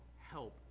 help